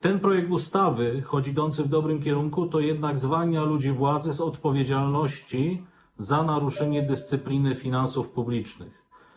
Ten projekt ustawy, choć idzie w dobrym kierunku, zwalnia jednak ludzi władzy z odpowiedzialności za naruszenie dyscypliny finansów publicznych.